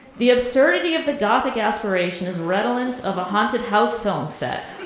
the absurdity of the gothic aspiration is redolent of a haunted house film set.